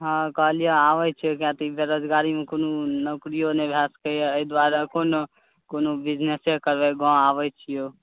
हँ कहलियौ आबैत छियौ कियाक तऽ बेरोजगारीमे कोनो नौकरिओ नहि भए सकैत छै एहि दुआरे कोनो कोनो बिजनेसे करबै गाम आबैत छियौ